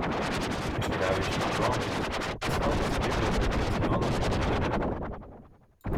iškeliavę iš abronos pasistatė stovyklą prie ecjon gebero